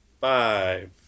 Five